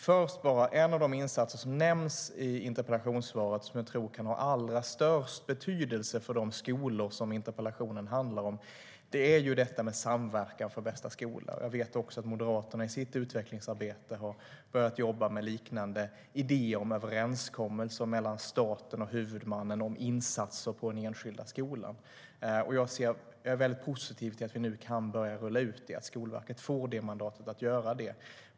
Först vill jag bara ta upp en av de insatser som nämns i interpellationssvaret och som jag tror kan ha allra störst betydelse för de skolor som interpellationen handlar om, nämligen Samverkan för bästa skola. Jag vet att också Moderaterna i sitt utvecklingsarbete har börjat jobba med liknande idéer om överenskommelser mellan staten och huvudmannen om insatser på enskilda skolor. Jag är positiv till att vi nu kan börja rulla ut detta och att Skolverket får mandat att göra det.